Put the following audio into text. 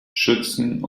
schützen